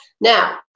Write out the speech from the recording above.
Now